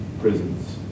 prisons